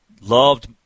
Loved